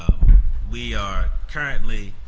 we are currently